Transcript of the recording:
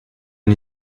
new